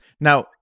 now